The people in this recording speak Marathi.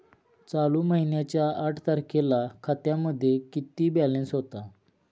चालू महिन्याच्या आठ तारखेला खात्यामध्ये किती बॅलन्स होता?